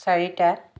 চাৰিটা